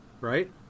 right